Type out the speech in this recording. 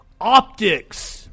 optics